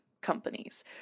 companies